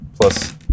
plus